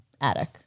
attic